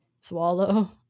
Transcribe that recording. swallow